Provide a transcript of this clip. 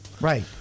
right